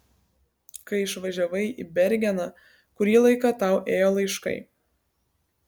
kai išvažiavai į bergeną kurį laiką tau ėjo laiškai